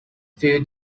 few